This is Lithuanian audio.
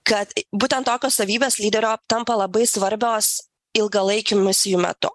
kad būtent tokios savybės lyderio tampa labai svarbios ilgalaikių misijų metu